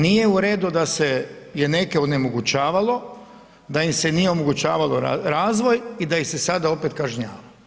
Nije u redu da se je neke onemogućavalo, da im se nije omogućavao razvoj i da ih se sada opet kažnjava.